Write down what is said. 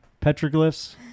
Petroglyphs